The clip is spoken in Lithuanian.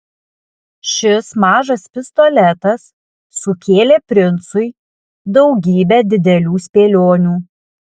šis mažas pistoletas sukėlė princui daugybę didelių spėlionių